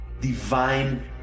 divine